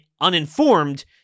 uninformed